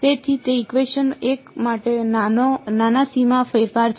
તેથી તે ઇકવેશન 1 માટે નાના સીમા ફેરફાર છે